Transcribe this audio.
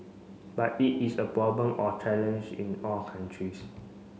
but it is a problem or challenge in all countries